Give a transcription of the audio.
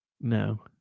No